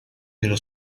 dello